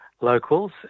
locals